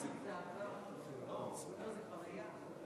שלי גם.